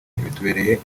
bitubereye